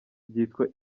ryitwa